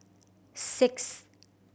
sixth